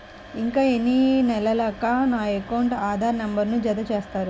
ఇంకా ఎన్ని నెలలక నా అకౌంట్కు ఆధార్ నంబర్ను జత చేస్తారు?